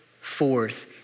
forth